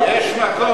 יש מקום,